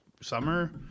summer